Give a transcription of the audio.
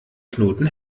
knoten